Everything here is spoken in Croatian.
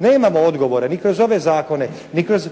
Nemamo odgovore ni kroz ove zakone, ni kroz